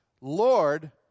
Lord